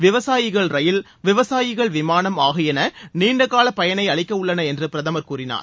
விவசாயிகள் ரயில் விவசாயிகள் விமானம் ஆகியன நீண்ட கால பயனை அளிக்கவுள்ளன என்று பிரதமர் கூறினார்